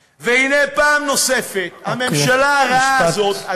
והנה, פעם נוספת, הממשלה הרעה הזאת, משפט סיום.